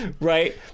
Right